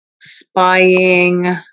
spying